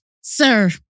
Sir